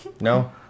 No